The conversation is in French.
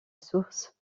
source